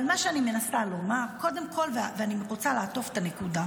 אבל מה שאני מנסה לומר ואני רוצה לעטוף את הנקודה: